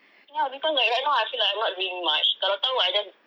ya because like right now I feel like I'm not doing much kalau tahu I just